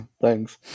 thanks